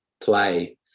play